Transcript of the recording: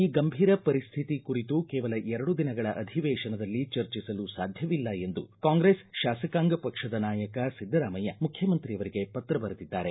ಈ ಗಂಭೀರ ಪರಿಶ್ಶಿತಿ ಕುರಿತು ಕೇವಲ ಎರಡು ದಿನಗಳ ಅಧಿವೇಶನದಲ್ಲಿ ಚರ್ಚಿಸಲು ಸಾಧ್ಯವಿಲ್ಲ ಎಂದು ಕಾಂಗ್ರೆಸ್ ಶಾಸಕಾಂಗ ಪಕ್ಷದ ನಾಯಕ ಸಿದ್ದರಾಮಯ್ಯ ಮುಖ್ಯಮಂತ್ರಿಯವರಿಗೆ ಪತ್ರ ಬರೆದಿದ್ದಾರೆ